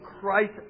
Christ